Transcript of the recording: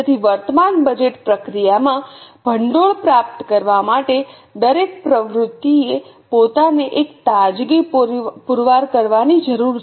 તેથી વર્તમાન બજેટ પ્રક્રિયામાં ભંડોળ પ્રાપ્ત કરવા માટે દરેક પ્રવૃત્તિએ પોતાને એક તાજગી પૂરવાર કરવાની જરૂર છે